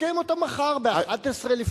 נקיים אותם מחר ב-11:00.